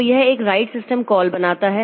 तो यह एक राइट सिस्टम कॉल बनाता है